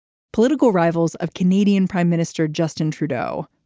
political rivals of canadian prime minister justin trudeau.